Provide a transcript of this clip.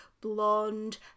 blonde